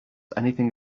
anything